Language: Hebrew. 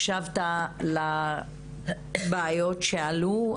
הקשבת לבעיות שעלו,